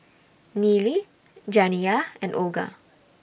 Nealy Janiyah and Olga